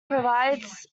provides